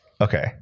Okay